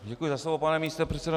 Děkuji za slovo, pane místopředsedo.